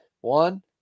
One